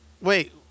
Wait